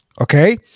Okay